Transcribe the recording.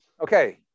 Okay